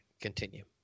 continue